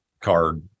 card